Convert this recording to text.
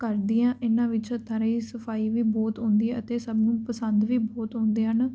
ਕੱਢਦੀ ਹਾਂ ਇਹਨਾਂ ਵਿੱਚ ਹੱਥਾਂ ਰਾਹੀਂ ਸਫਾਈ ਵੀ ਬਹੁਤ ਆਉਂਦੀ ਹੈ ਅਤੇ ਸਭ ਨੂੰ ਪਸੰਦ ਵੀ ਬਹੁਤ ਹੁੰਦੇ ਹਨ